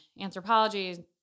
anthropology